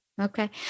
okay